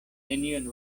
nenion